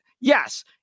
yes